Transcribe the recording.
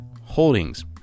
Holdings